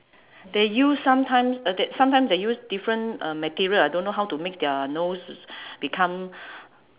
they use sometimes th~ that sometimes they use different um material I don't know how to make their nose become